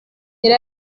yari